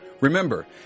Remember